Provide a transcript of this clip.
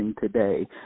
today